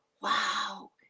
wow